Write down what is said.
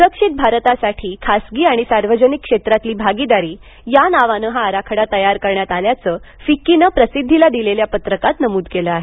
सुरक्षित भारतासाठी खासगी आणि सार्वजनिक क्षेत्रातील भागीदारी या नावानं हा आराखडा तयार करण्यात आल्याचं फिक्कीनं प्रसिद्धीला दिलेल्या पत्रकात नमूद केलं आहे